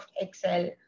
Excel